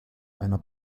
einer